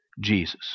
Jesus